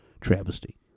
travesty